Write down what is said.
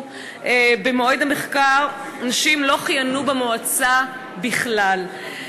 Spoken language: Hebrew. במועד המחקר נשים לא כיהנו במועצה בכלל.